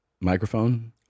microphone